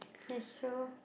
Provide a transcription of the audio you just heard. that's true